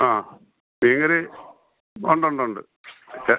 ആ മീൻകറി ഉണ്ട് ഉണ്ട് ഉണ്ട് ത്